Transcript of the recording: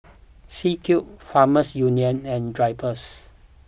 C Cube Farmers Union and Drypers